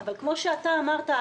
אבל כמו שאתה אמרת,